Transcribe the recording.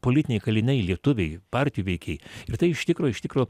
politiniai kaliniai lietuviai partijų veikėjai ir tai iš tikro iš tikro